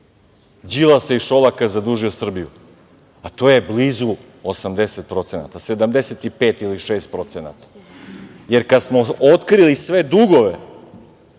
Đilasa i Šolaka zadužio Srbiju, a to je blizu 80%, 75 ili 76%. Kada smo otkrili sve dugove